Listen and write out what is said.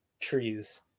trees